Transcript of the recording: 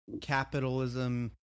capitalism